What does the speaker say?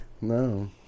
No